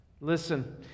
Listen